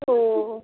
ও